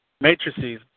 matrices